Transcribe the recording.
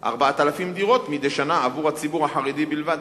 4,000 דירות מדי שנה עבור הציבור החרדי בלבד.